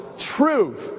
Truth